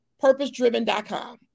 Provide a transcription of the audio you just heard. purpose-driven.com